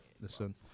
Listen